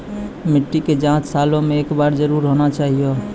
मिट्टी के जाँच सालों मे एक बार जरूर होना चाहियो?